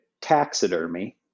taxidermy